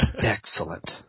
Excellent